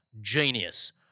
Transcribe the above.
genius